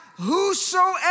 whosoever